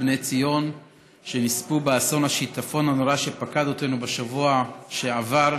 בני ציון שנספו באסון השיטפון הנורא שפקד אותנו בשבוע שעבר.